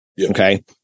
Okay